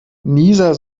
nieser